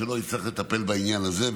שתצטרך לטפל בעניין הזה.